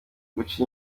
guca